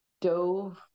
dove